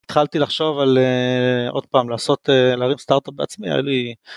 התחלתי לחשוב על אה... עוד פעם, לעשות אה... להרים סטארט-אפ בעצמי, היה לי...